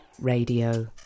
Radio